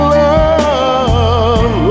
love